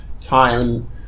time